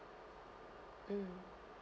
mm